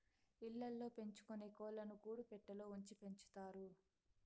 ఇళ్ళ ల్లో పెంచుకొనే కోళ్ళను గూడు పెట్టలో ఉంచి పెంచుతారు